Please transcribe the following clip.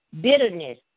bitterness